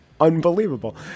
unbelievable